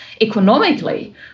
economically